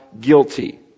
guilty